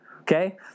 Okay